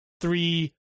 three